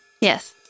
Yes